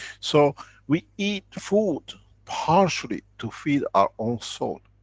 so we eat food partially to feed our own soul.